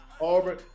Auburn